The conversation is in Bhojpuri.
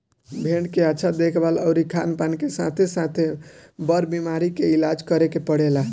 भेड़ के अच्छा देखभाल अउरी खानपान के साथे साथे, बर बीमारी के इलाज करे के पड़ेला